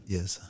Yes